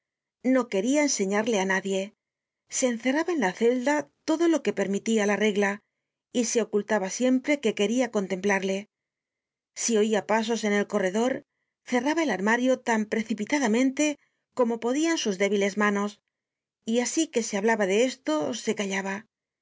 no quería enseñarle á nadie se encerraba en la celda todo lo que permitia la regla y se ocultaba siempre que quería contemplarle si oia pasos en el corredor cerraba el armario tan precipitadamente como podian sus débiles manos y asi que se hablaba de esto se callaba